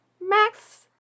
Max